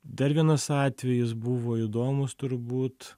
dar vienas atvejis buvo įdomus turbūt